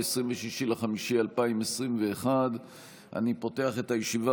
26 במאי 2021. אני פותח את הישיבה.